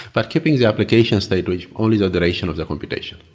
but keeping the application state with only the duration of the computation.